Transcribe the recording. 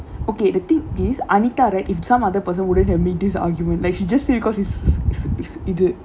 okay the thing is anita right if some other person wouldn't have made this argument like she just say because it's it's it's either